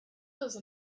those